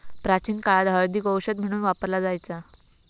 प्राचीन काळात हळदीक औषध म्हणून वापरला जायचा